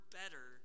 better